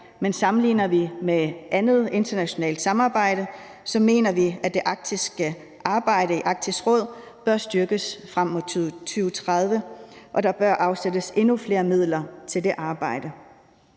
men sammenligner vi det med andet internationalt samarbejde, mener vi, at det arktiske arbejde i Arktisk Råd bør styrkes frem mod 2030, og at der bør afsættes endnu flere midler til det arbejde.